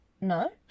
No